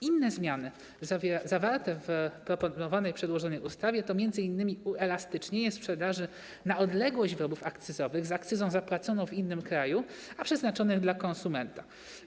Inne zmiany zawarte w proponowanej, przedłożonej ustawie to m.in. uelastycznienie sprzedaży na odległość wyrobów akcyzowych z akcyzą zapłaconą w innym kraju, a przeznaczonych dla konsumenta.